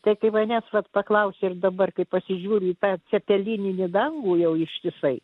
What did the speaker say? tai kai manęs vat paklausia ir dabar kai pasižiūriu į tą celininį dangų jau ištisai